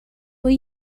were